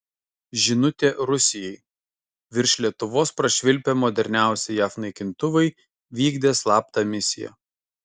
žinutė rusijai virš lietuvos prašvilpę moderniausi jav naikintuvai vykdė slaptą misiją